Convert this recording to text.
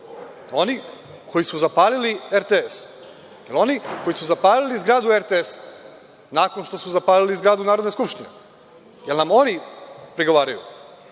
Oni koji su zapalili RTS? Je li oni koji su zapalili zgradu RTS-a, nakon što su zapalili zgradu Narodne skupštine? Da li nam oni prigovaraju,